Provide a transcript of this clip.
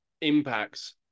impacts